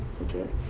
Okay